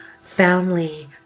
family